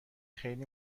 خیلی